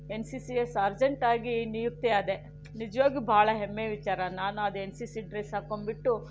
N C ಸಿಯ sergeant ಆಗಿ ನಿಯುಕ್ತಿ ಆದೆ ನಿಜವಾಗೂ ಬಹಳ ಹೆಮ್ಮೆಯ ವಿಚಾರ ನಾನು ಅದು ಎನ್ ಸಿ ಸಿ ಡ್ರೆಸ್ ಹಾಕೊಂಡ್ಬಿಟ್ಟು